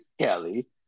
Kelly